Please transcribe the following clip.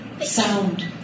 sound